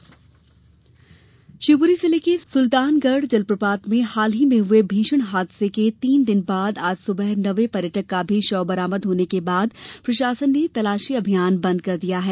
शव बरामद शिवपुरी जिले के सुल्तानगढ जलप्रपात में हाल ही में हुए भीषण हादसे के तीन दिन बाद आज सुबह नवें पर्यटक का भी शव बरामद होने के बाद प्रशासन ने तलाशी अभियान बन्द कर दिया है